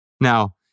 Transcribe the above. Now